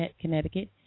Connecticut